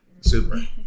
Super